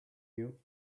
you